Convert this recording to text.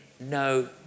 no